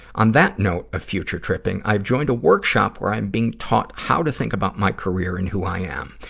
on that note of future tripping, i've joined a workshop where i'm being taught how to think about my career and who i am.